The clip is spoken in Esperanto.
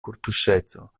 kortuŝeco